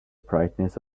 brightness